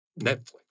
Netflix